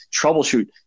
troubleshoot